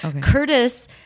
Curtis